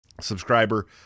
subscriber